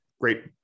Great